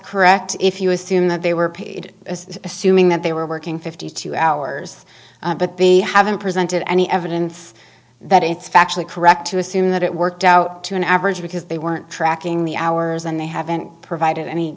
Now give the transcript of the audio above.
correct if you assume that they were paid as assuming that they were working fifty two hours but the haven't presented any evidence that it's factually correct to assume that it worked out to an average because they weren't tracking the hours and they haven't provided any